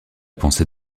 pensée